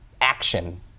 action